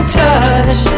touch